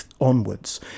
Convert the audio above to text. onwards